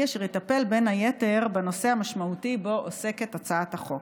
אשר מטפל בין היתר בנושא המשמעותי שבו עוסקת הצעת החוק.